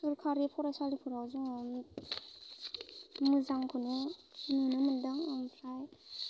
सरकारि फरायसालिफोराव जोङो मोजांखौनो नुनो मोन्दों ओमफ्राय